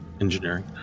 engineering